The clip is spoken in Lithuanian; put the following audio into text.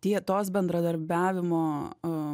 tie tos bendradarbiavimo